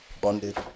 bonded